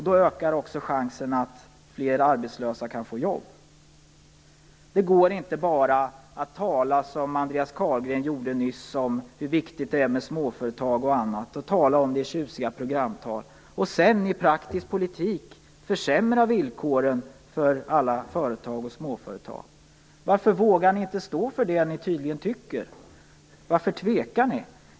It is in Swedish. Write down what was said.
Då ökar också chansen att fler arbetslösa kan få jobb. Det går inte att bara - som Andreas Carlgren nyss gjorde - att tala om hur viktigt det är med småföretag i tjusiga programtal om man sedan i praktisk politik försämrar deras villkor. Varför vågar ni inte stå för det som ni tycker? Varför tvekar ni?